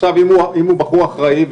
אם הוא בחור אחראי,